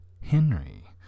Henry